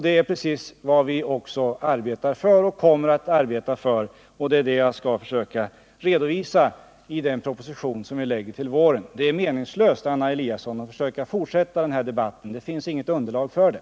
Det är precis vad vi arbetar för och kommer att arbeta för, och det skall jag försöka redovisa i den proposition som vi lägger fram till våren. Det är därför meningslöst, Anna Eliasson, att försöka fortsätta den här debatten. Det finns inget underlag för det.